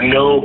no